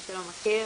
מי שלא מכיר,